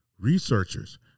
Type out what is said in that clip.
Researchers